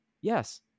Yes